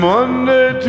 Monday